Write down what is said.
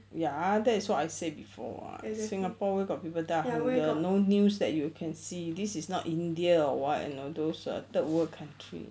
ya that is what I say before [what] singapore where got people die of hunger no news that you can see this is not india or what you know those err third world country